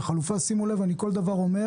שימו לב, אני כל דבר אומר